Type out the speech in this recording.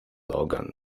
logan